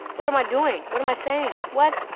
what am i doing? what am i saying? what?